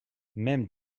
même